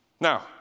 Now